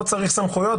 לא צריך סמכויות,